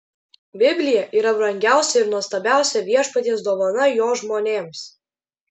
biblija yra brangiausia ir nuostabiausia viešpaties dovana jo žmonėms